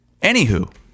Anywho